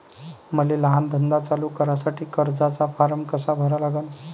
मले लहान धंदा चालू करासाठी कर्जाचा फारम कसा भरा लागन?